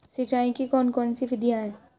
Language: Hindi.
सिंचाई की कौन कौन सी विधियां हैं?